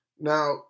Now